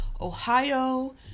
Ohio